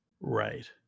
Right